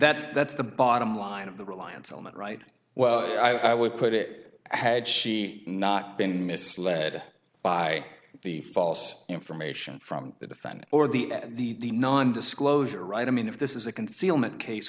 that's that's the bottom line of the reliance on that right well i would put it had she not been misled by the false information from the defendant or the the nondisclosure right i mean if this is a concealment case